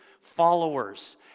followers